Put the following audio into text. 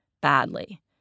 Badly